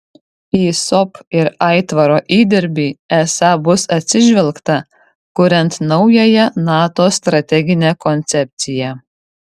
į sop ir aitvaro įdirbį esą bus atsižvelgta kuriant naująją nato strateginę koncepciją